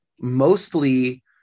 mostly